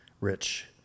rich